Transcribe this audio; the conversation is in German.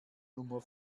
nummer